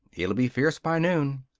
it'll be fierce by noon!